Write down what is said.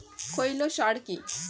খৈল সার কি?